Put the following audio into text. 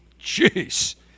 jeez